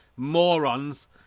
morons